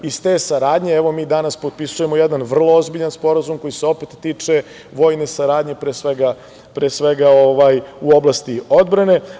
Iz te saradnje evo mi danas potpisujemo jedna vrlo ozbiljan Sporazum koji se opet tiče vojne saradnje, pre svega u oblasti odbrane.